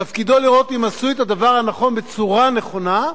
תפקידו לראות אם עשו את הדבר הנכון בצורה נכונה,